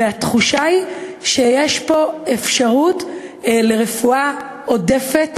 והתחושה היא שיש פה אפשרות לרפואה עודפת,